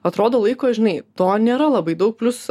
atrodo laiko žinai to nėra labai daug plius